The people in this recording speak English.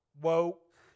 woke